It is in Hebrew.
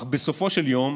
אך בסופו של יום